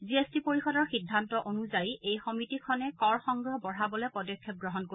G S T পৰিযদৰ সিদ্ধান্ত অনুযায়ী এই সমিতিখনে কৰ সংগ্ৰহ বঢ়াবলৈ পদক্ষেপ গ্ৰহণ কৰিব